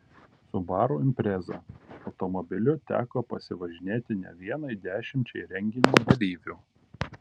subaru impreza automobiliu teko pasivažinėti ne vienai dešimčiai renginio dalyvių